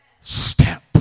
step